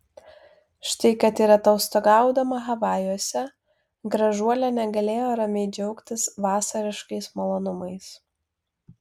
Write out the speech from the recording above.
štai kad ir atostogaudama havajuose gražuolė negalėjo ramiai džiaugtis vasariškais malonumais